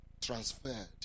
transferred